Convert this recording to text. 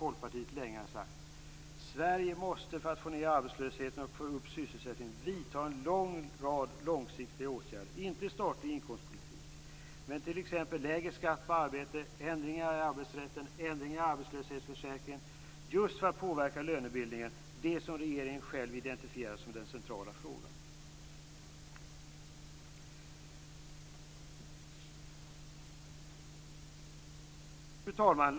Folkpartiet länge har sagt: Sverige måste för att få ned arbetslösheten och få upp sysselsättningsnivån vidta en lång rad långsiktiga åtgärder - men inte i statlig inkomstpolitik - t.ex. lägre skatt på arbete, ändringar i arbetsrätten, ändringar i arbetslöshetsförsäkringen just för att påverka lönebildningen - det som regeringen själv identifierar som den centrala frågan. Fru talman!